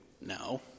No